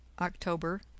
October